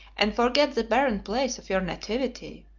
and forget the barren place of your nativity.